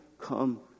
come